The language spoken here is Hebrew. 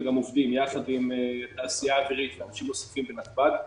וגם עובדים ביחד עם התעשייה האווירית ואנשים נוספים בנתב"ג,